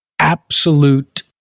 Absolute